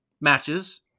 matches